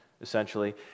essentially